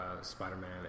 Spider-Man